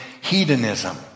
hedonism